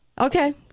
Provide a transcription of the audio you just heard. Okay